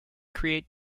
create